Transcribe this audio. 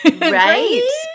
right